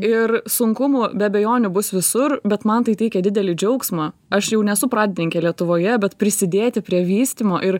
ir sunkumų be abejonių bus visur bet man tai teikia didelį džiaugsmą aš jau nesu pradininkė lietuvoje bet prisidėti prie vystymo ir